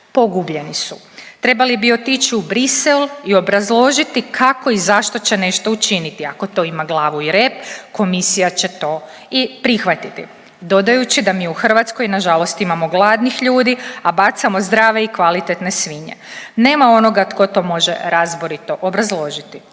pogubljeni su. Trebali bi otići u Bruxelles i obrazložiti kako i zašto će nešto učiniti, ako to ima glavu i rep komisija će to i prihvatiti. Dodajući da mi u Hrvatskoj nažalost imamo gladnih ljudi, a bacamo zdrave i kvalitetne svinje, nema onoga tko to može razborito obrazložiti.